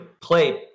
play